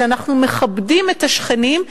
שאנחנו מכבדים את השכנים,